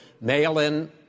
mail-in